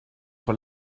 sur